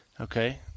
Okay